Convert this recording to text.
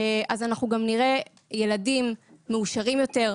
אז אנחנו גם נראה ילדים מאושרים יותר,